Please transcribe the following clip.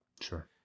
Sure